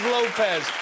Lopez